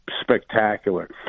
spectacular